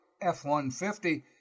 F-150